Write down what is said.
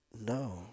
No